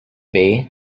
bay